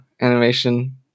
animation